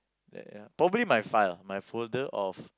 that ya probably my file my folder of